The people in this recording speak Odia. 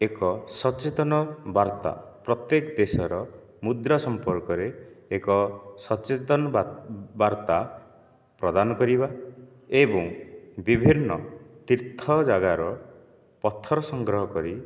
ଏକ ସଚେତନ ବାର୍ତ୍ତା ପ୍ରତ୍ୟେକ ଦେଶର ମୁଦ୍ରା ସମ୍ପର୍କରେ ଏକ ସଚେତନ ବାର୍ତ୍ତା ପ୍ରଦାନ କରିବା ଏବଂ ବିଭିନ୍ନ ତୀର୍ଥ ଜାଗାର ପଥର ସଂଗ୍ରହ କରି